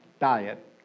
diet